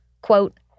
Quote